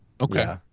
Okay